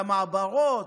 למעברות,